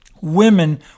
women